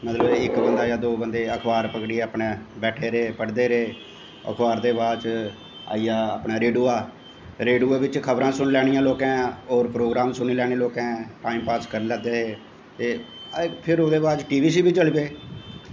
मतलब इक बंदे जां दो बंदे आखबार पकड़ियै अपने बैठे रेह् पढ़दे रेह् अखबार दे बाद च आई गेआ अपनै रेडुआ रेडुऐ बिच्च खबरां सुनी लैनियां लोकें होर प्रोग्राम सुनी लैने लोकें टाइम पास करी लैग्गे ते फिर ओह्दे बाद च टी वी शिवी चली पे